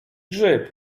grzyb